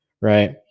right